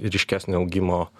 ryškesnio augimo